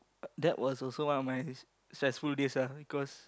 that was also one of my stressful days ah because